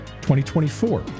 2024